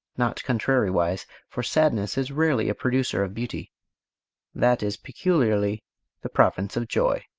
not contrariwise, for sadness is rarely a producer of beauty that is peculiarly the province of joy.